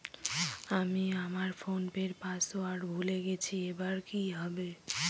আমি আমার ফোনপের পাসওয়ার্ড ভুলে গেছি এবার কি হবে?